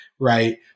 right